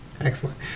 Excellent